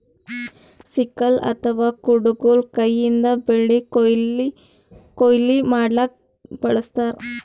sickle ಅಥವಾ ಕುಡಗೊಲ್ ಕೈಯಿಂದ್ ಬೆಳಿ ಕೊಯ್ಲಿ ಮಾಡ್ಲಕ್ಕ್ ಬಳಸ್ತಾರ್